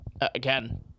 again